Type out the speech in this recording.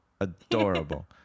adorable